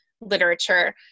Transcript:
literature